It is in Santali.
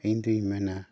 ᱤᱧ ᱫᱩᱧ ᱢᱮᱱᱟ